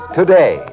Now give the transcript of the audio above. today